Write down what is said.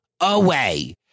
away